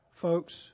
folks